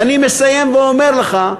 ואני מסיים ואומר לך,